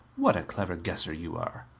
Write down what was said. what a clever guesser you are!